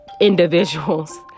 individuals